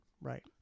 Right